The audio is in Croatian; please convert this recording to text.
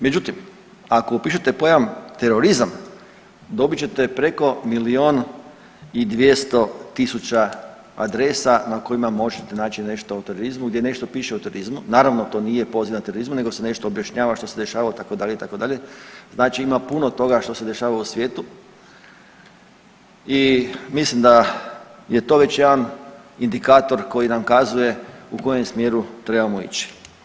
Međutim, ako upišete pojam terorizam dobit ćete preko milion i dvjesto tisuća adresa na kojima možete naći nešto o terorizmu, gdje nešto piše o terorizmu, naravno to nije poziv na terorizam nego se nešto objašnjava što se dešava itd., itd., znači ima puno toga što se dešava u svijetu i mislim da je to već jedan indikator koji nam kazuje u kojem smjeru trebamo ići.